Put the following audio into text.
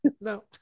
No